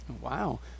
Wow